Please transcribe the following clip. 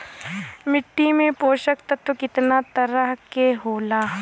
मिट्टी में पोषक तत्व कितना तरह के होला?